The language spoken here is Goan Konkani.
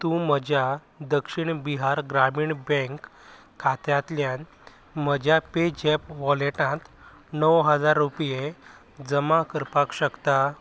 तूं म्हज्या दक्षीण बिहार ग्रामीण बँक खात्यांतल्यान म्हज्या पेझॅप वॉलेटांत णव हजार रुपये जमा करपाक शकता